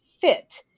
fit